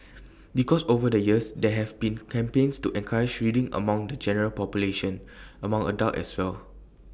because over the years there have been campaigns to encourage reading among the general population among adults as well